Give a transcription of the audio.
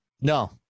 No